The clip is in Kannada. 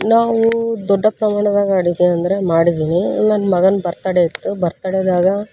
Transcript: ನಾವು ದೊಡ್ಡ ಪ್ರಮಾಣದಾಗ ಅಡುಗೆ ಅಂದ್ರೆ ಮಾಡಿದ್ದೀನಿ ನನ್ನ ಮಗನ ಬರ್ತಡೇ ಇತ್ತು ಬರ್ತಡೇದಾಗ